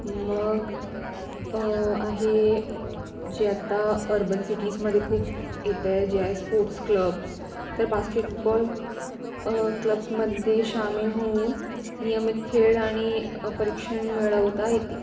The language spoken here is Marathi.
मग आहे जे आता अर्बन सिटीजमध्ये खूप येतं आहे जे आहे स्पोर्ट्स क्लब्स तर बास्केटबॉल क्लब्समध्ये सामील होऊन नियमित खेळ आणि परीक्षण मिळवता येते